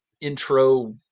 intro